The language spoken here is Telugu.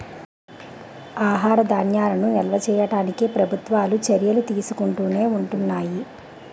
ఆహార ధాన్యాలను నిల్వ చేయడానికి ప్రభుత్వాలు చర్యలు తీసుకుంటునే ఉంటున్నాయి